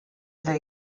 they